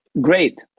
Great